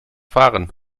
fahren